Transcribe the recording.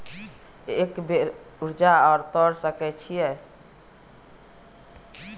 एक बेर में कर्जा तोर सके छियै की?